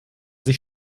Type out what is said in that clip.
sich